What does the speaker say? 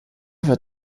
wird